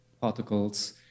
particles